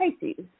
Pisces